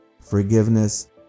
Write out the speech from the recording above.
forgiveness